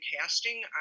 casting